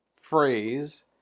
phrase